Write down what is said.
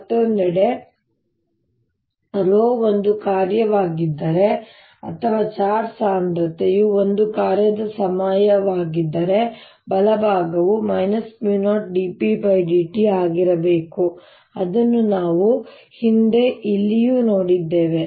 ಮತ್ತೊಂದೆಡೆ ρ ಒಂದು ಕಾರ್ಯವಾಗಿದ್ದರೆ ಅಥವಾ ಚಾರ್ಜ್ ಸಾಂದ್ರತೆಯು ಒಂದು ಕಾರ್ಯದ ಸಮಯವಾಗಿದ್ದರೆ ಬಲಭಾಗವು μ0 dρ dt ಆಗಿರಬೇಕು ಅದನ್ನು ನಾವು ಹಿಂದೆ ಇಲ್ಲಿಯೂ ನೋಡಿದ್ದೇವೆ